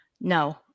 No